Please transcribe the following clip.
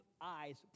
eyes